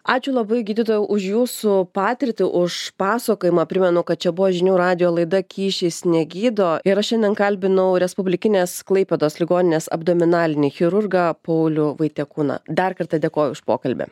ačiū labai gydytojau už jūsų patirtį už pasakojimą primenu kad čia buvo žinių radijo laida kyšis negydo ir aš šiandien kalbinau respublikinės klaipėdos ligoninės abdominalinį chirurgą paulių vaitiekūną dar kartą dėkoju už pokalbį